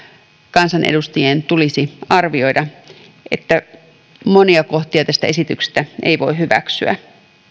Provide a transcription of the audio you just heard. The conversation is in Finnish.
kansanedustajien tulisi arvioida että monia kohtia tästä esityksestä ei voi hyväksyä